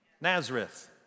Nazareth